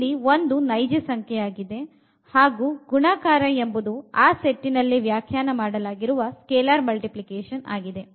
ಇಲ್ಲಿ 1 ನೈಜ ಸಂಖ್ಯೆ ಯಾಗಿದೆ ಹಾಗು ಗುಣಾಕಾರ ಎಂಬುದು ಆ ಸೆಟ್ಟಿನಲ್ಲಿ ವ್ಯಾಖ್ಯಾನ ಮಾಡಲಾಗಿರುವ ಸ್ಕೆಲಾರ್ ಮಲ್ಟಿ ಪ್ಲಿಕೇಷನ್ ಆಗಿದೆ